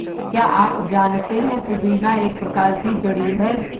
क्या आप जानते है पुदीना एक प्रकार की जड़ी है